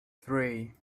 three